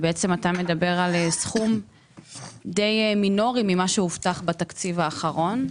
אתה בעצם מדבר על סכום די מינורי ממה שהובטח בתקציב האחרון.